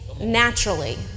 naturally